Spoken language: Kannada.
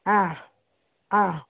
ಹಾಂ ಹಾಂ